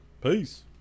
Peace